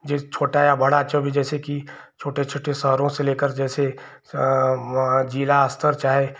छोटा या बड़ा जो भी जैसे कि छोटे छोटे शहरों से लेकर जैसे जिला अस्तर चाहे